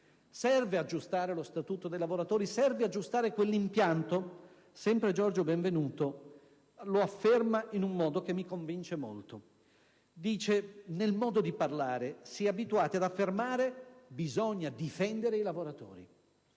Serve aggiustare lo Statuto dei lavoratori? Serve aggiustare quell'impianto? Sempre Giorgio Benvenuto lo afferma in un modo che mi convince molto. Dice: «Nel modo di parlare si è abituati ad affermare: "Bisogna difendere i lavoratori".